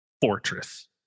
Fortress